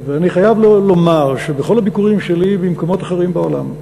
ואני חייב לומר שבכל הביקורים שלי במקומות אחרים בעולם,